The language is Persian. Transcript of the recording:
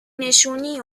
نشونی